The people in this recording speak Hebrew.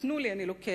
נתנו לי, אני לוקח.